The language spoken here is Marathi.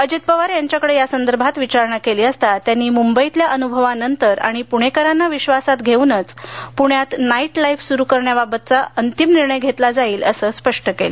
अजित पवार यांच्याकडे त्यासंदर्भात विचारणा केली असता त्यांनी मुंबईतल्या अनुभवानंतर आणि पुणेकरांना विश्वासात घेऊनच प्ण्यात नाईट लाईफ सुरू कारण्याबद्दलचा अंतिम निर्णय घेतला जाईल असं स्पष्ट केलं